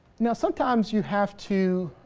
know sometimes you have to